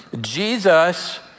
Jesus